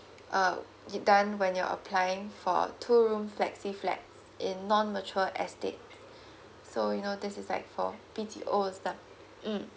uh it done when you are applying for two room flexi flat in non mature estate so you know this is like for B_T_O mm